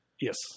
Yes